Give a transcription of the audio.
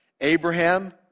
Abraham